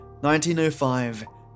1905